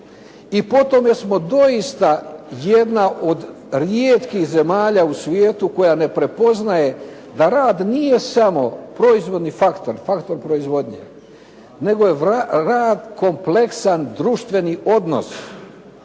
i po tome smo doista jedna od rijetkih zemalja u svijetu koja ne prepoznaje da rad nije samo proizvodni faktor, faktor proizvodnje nego je rad kompleksan društveni odnos